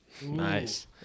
Nice